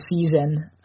season